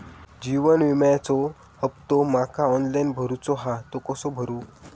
जीवन विम्याचो हफ्तो माका ऑनलाइन भरूचो हा तो कसो भरू?